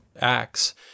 acts